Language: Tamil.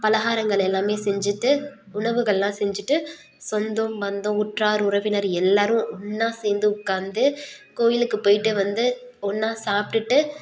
பலகாரங்கள் எல்லாம் செஞ்சிட்டு உணவுகள்லாம் செஞ்சிட்டு சொந்தம் பந்தம் உற்றார் உறவினர் எல்லாரும் ஒன்றா சேர்ந்து உட்காந்து கோயிலுக்கு போயிட்டு வந்து ஒன்றா சாப்பிட்டு